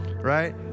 right